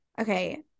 Okay